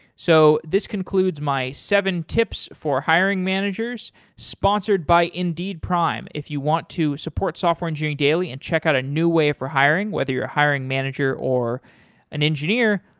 so this concludes my seven tips for hiring managers, sponsored by indeed prime. if you want to support software engineering daily and check out a new way for hiring, whether you're a hiring manager or an engineer,